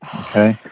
Okay